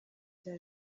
bya